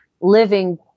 living